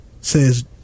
says